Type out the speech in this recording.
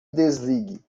desligue